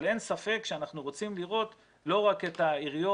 אבל אין ספק שאנחנו רוצים לראות לא רק את העיריות